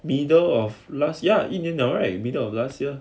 middle of last year 一年 now right middle of last year